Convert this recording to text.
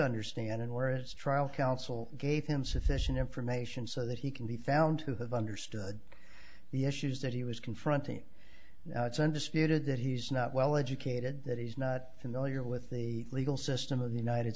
understand it or its trial counsel gave him sufficient information so that he can be found to have understood the issues that he was confronting it's undisputed that he's not well educated that he's not familiar with the legal system of the united